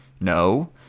No